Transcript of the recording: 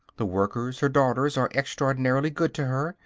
the workers, her daughters, are extraordinarily good to her,